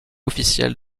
officielle